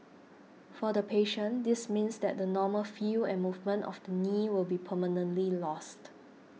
for the patient this means that the normal feel and movement of the knee will be permanently lost